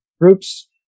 groups